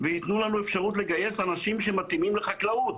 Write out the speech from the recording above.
וייתנו לנו אפשרות לגייס אנשים שמתאימים לחקלאות,